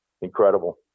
incredible